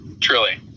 truly